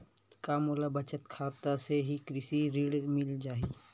का मोला बचत खाता से ही कृषि ऋण मिल जाहि?